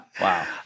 Wow